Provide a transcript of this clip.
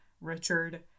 Richard